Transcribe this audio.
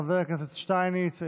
חבר הכנסת שטייניץ,